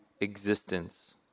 existence